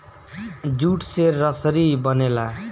jute से रसरी बनेला